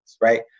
Right